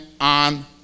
on